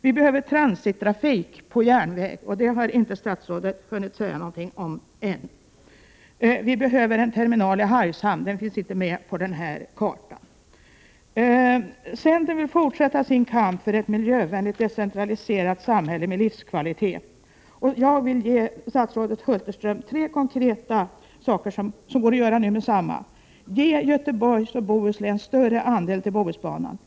Vi behöver transittrafik på järnväg, och det har statsrådet inte hunnit säga någonting om än. Vi behöver en terminal i Hargshamn, den finns inte heller med på kartan. Centern vill fortsätta sin kamp för ett miljövänligt decentraliserat samhälle med livskvalitet. Jag vill ge statsrådet Hulterström tre konkreta förslag som går att genomföra nu med detsamma. Ge Göteborgs och Bohus län större anslag till Bohusbanan!